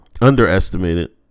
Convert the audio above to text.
underestimated